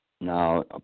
Now